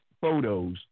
photos